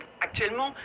actuellement